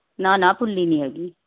ਨਾ ਨਾ ਭੁੱਲੀ ਨਹੀਂ ਹੈਗੀ